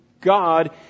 God